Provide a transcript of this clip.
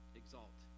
exalt